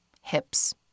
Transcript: hips